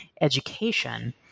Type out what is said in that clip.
education